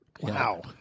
Wow